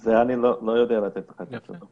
לזה אני לא יודע לתת לך תשובה.